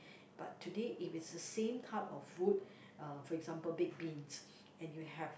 but today if it's a same type of food uh for example baked beans and you have